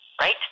right